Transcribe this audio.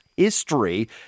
History